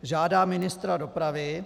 Žádá ministra dopravy.